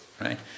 Right